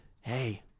Hey